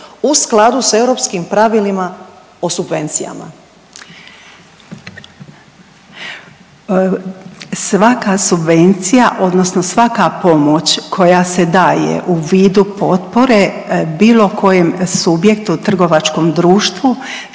u skladu s europskim pravilima o subvencijama? **Rogošić, Nediljka** Svaka subvencija odnosno svaka pomoć koja se daje u vidu potpore bilo kojem subjektu i trgovačkom društvu